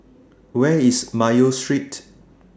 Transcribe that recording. Where IS Mayo Street